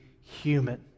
human